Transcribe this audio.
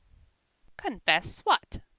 confess what?